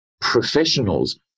professionals